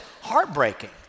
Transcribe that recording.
heartbreaking